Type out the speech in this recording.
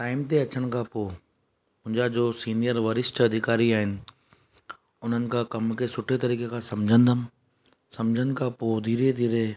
time ते अचण खां पो मुंहिंजा जो सीनिअर वरिष्ठ अधिकारी आहिनि उन्हनि खां कमु खे सुठे तरीक़े खां सम्झंदुमि सम्झनि खां पोइ धीरे धीरे